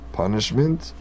punishment